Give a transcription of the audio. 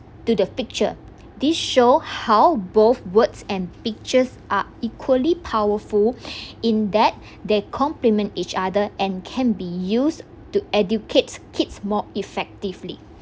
to the picture this show how both words and pictures are equally powerful in that they complement each other and can be used to educate kids more effectively